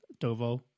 dovo